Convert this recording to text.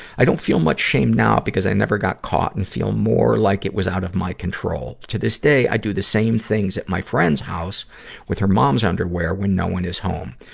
i don't feel much shame now because i never got caught and feel more like it was out of my control. to this day, i do the same things at my friend's house with her mom's underwear when no one is home.